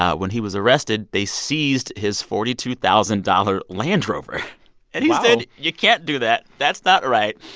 ah when he was arrested, they seized his forty two thousand dollars land rover wow and he said, you can't do that. that's not right.